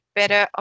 better